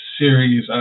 series